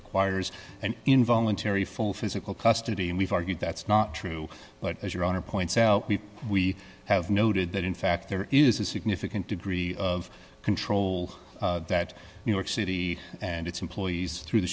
requires an involuntary full physical custody and we've argued that's not true but as your honor we have noted that in fact there is a significant degree of control that new york city and its employees through the